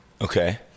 Okay